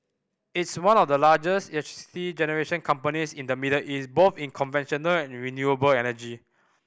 it's one of the largest electricity generation companies in the Middle East both in conventional and renewable energy